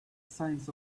signs